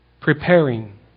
preparing